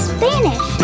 Spanish